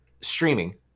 streaming